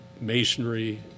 masonry